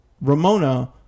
Ramona